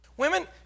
Women